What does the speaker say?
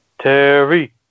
Terry